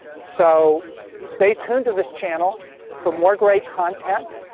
so stay tuned to this channel for more great content.